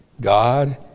God